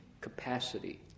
capacity